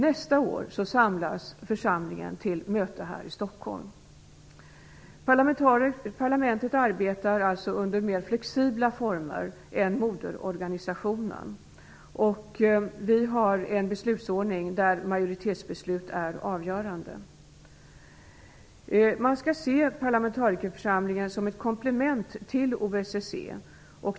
Nästa år samlas församlingen till möte här i Stockholm. Parlamentet arbetar alltså under mera flexibla former än moderorganisationen. Vi har en beslutsordning där majoritetsbeslut är avgörande. Man skall se parlamentarikerförsamlingen som ett komplement till OSSE.